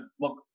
look